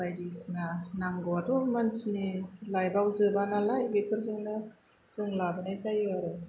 बायदिसिना नांगौआथ' मानसिनि लाइफआव जोबा नालाय बेफोरजोंनो जों लाबोनाय जायो आरो